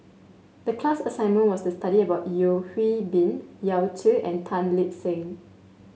the class assignment was to study about Yeo Hwee Bin Yao Zi and Tan Lip Seng